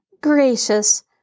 Gracious